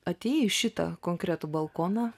atėjai į šitą konkretų balkoną